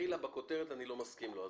שמלכתחילה בכותרת אני לא מסכים לו.